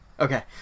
Okay